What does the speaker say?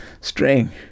String